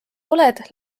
oled